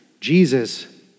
Jesus